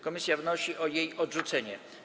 Komisja wnosi o jej odrzucenie.